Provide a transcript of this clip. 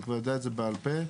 אני כבר יודע את זה בעל פה.